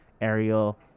ariel